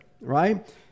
right